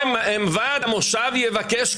שוועד המושב יבקש.